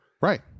right